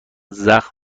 زخم